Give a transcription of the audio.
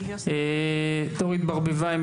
דנית ברביבאי,